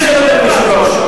אדוני היושב-ראש,